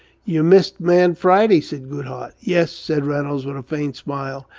you missed man friday, said goodhart. yes, said reynolds, with a faint smile.